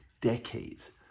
Decades